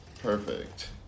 Perfect